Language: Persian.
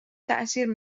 تاثیر